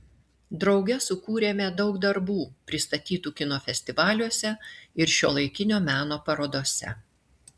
drauge sukūrėme daug darbų pristatytų kino festivaliuose ir šiuolaikinio meno parodose